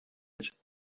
its